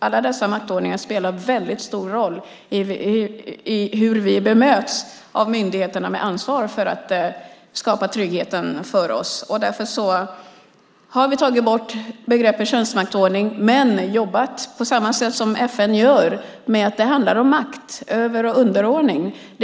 Alla dessa maktordningar spelar stor roll när det gäller hur vi bemöts av myndigheter med ansvar för att skapa trygghet för oss. Därför har vi tagit bort begreppet könsmaktsordning, men vi jobbar på samma sätt som FN gör med att detta handlar om makt. Det handlar om över och underordning.